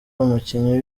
umukinnyi